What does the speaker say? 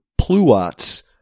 pluots